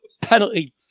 penalty